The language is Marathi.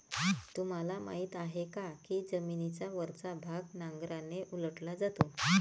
तुम्हाला माहीत आहे का की जमिनीचा वरचा भाग नांगराने उलटला जातो?